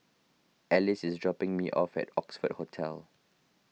Alice is dropping me off at Oxford Hotel